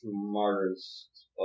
smartest